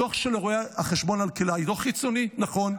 דוח של רואה החשבון אלקלעי, דוח חיצוני, נכון.